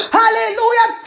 hallelujah